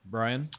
Brian